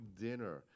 dinner